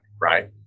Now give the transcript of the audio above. right